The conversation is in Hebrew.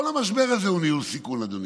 כל המשבר הזה הוא ניהול סיכון, אדוני.